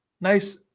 nice